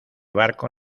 barco